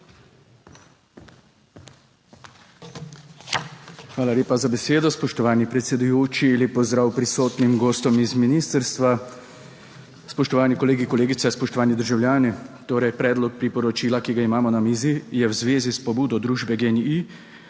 Hvala lepa za besedo, spoštovani predsedujoči. Lep pozdrav prisotnim, gostom iz ministrstva. Spoštovani kolegi, kolegice, spoštovani državljani! Torej predlog priporočila, ki ga imamo na mizi, je v zvezi s pobudo družbe GEN-I,